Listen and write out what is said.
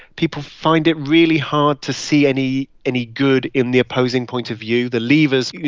people find it really hard to see any any good in the opposing point of view. the leavers, you